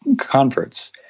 converts